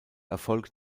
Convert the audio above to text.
erfolg